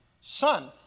son